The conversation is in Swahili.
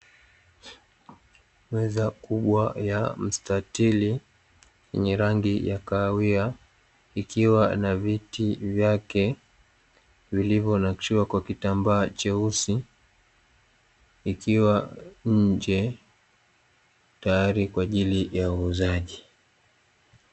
Meza kubwa ya mstatili yenye rangi ya kahawia ikiwa na viti vyake vilivyo nakshiwa kwa kitambaa cheusi ikiwa nje, tayari kwa ajili ya uuzaji.